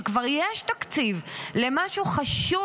כשכבר יש תקציב למשהו חשוב?